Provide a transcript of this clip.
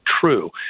true